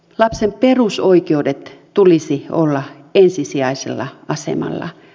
lapsen perusoikeuksien tulisi olla ensisijaisella asemalla